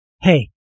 Hey